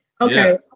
Okay